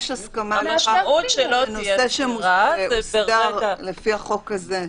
נושא שהוסדר לפי החוק הזה,